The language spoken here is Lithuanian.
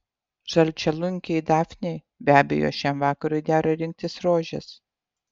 žalčialunkiai dafnei be abejo šiam vakarui dera rinktis rožes